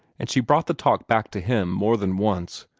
and she brought the talk back to him more than once,